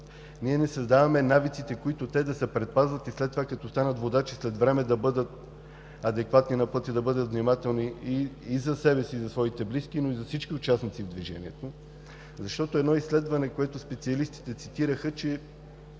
ние не създаваме навиците, с които те да се предпазват и след това като станат водачи след време да бъдат адекватни на пътя, да бъдат внимателни и за себе си, и за своите близки, но и за всички участници в движението. Едно изследване, което специалистите цитираха, че